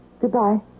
Goodbye